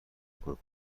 کنم